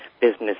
business